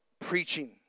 preaching